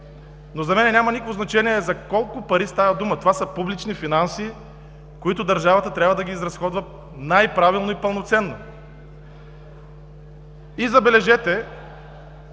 но за мен няма никакво значение за колко пари става дума! Това са публични финанси, които държавата трябва да изразходва най-правилно и пълноценно. Забележете: